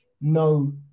no